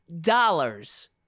dollars